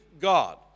God